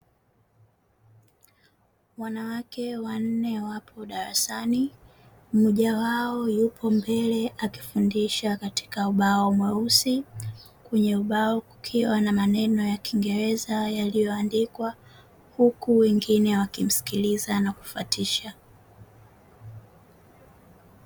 Wanawake wanne wapo darasani mmoja wao yupo mbele akifundisha katika ubao mweusi, kwenye ubao ukiwa na maneno ya kiingereza yaliyoandikwa huku wengine wakimsikiliza na kufuatisha.